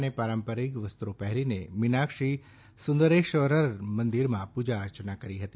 અને પારંપરિક વસ્ત્રો પહેરી મીનાક્ષી સુંદેશ્વર મંદિરમાં પૂજા અર્ચનાં કરી હતી